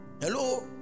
Hello